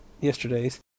yesterday's